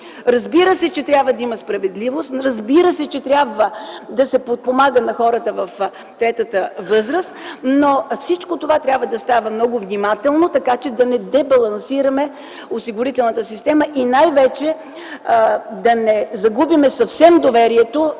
Разбира се, че трябва да има справедливост, разбира се, че трябва да се помага на хората в третата възраст, но всичко това трябва да става много внимателно, така че да не дебалансираме осигурителната система и най-вече да не загубим съвсем доверието